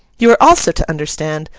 you are also to understand,